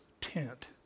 tent